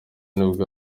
nibwo